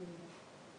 אנחנו לא דיון ארוך היום,